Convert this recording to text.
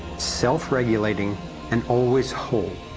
self-regulating and always whole.